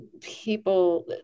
people